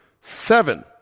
seven